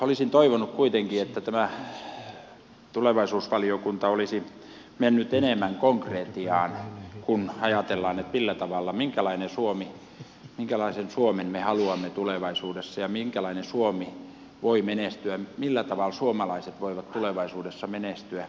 olisin toivonut kuitenkin että tulevaisuusvaliokunta olisi mennyt enemmän konkretiaan kun ajatellaan minkälaisen suomen me haluamme tulevaisuudessa ja minkälainen suomi voi menestyä millä tavalla suomalaiset voivat tulevaisuudessa menestyä